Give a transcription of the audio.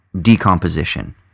decomposition